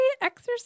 exercise